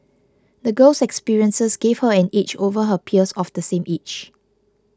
the girl's experiences gave her an edge over her peers of the same age